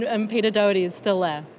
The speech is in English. ah and peter doherty is still there.